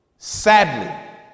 Sadly